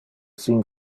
sin